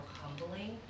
humbling